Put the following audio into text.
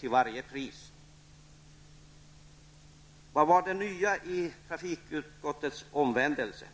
till varje pris. Vad var det nya i trafikutskottets omvändelse?